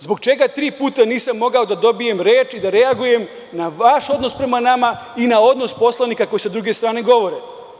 Zbog čega tri puta nisam mogao da dobijem reč i da reagujem na vaš odnos prema nama i na odnos poslanika koji sa druge strane govore?